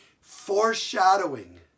foreshadowing